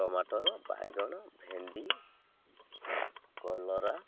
tomato ବାଇଗଣ ଭେଣ୍ଡି କଲରା